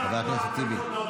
זה נשמע כמו העתקות בבגרות.